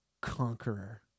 conqueror